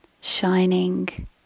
shining